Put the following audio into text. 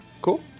Cool